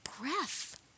breath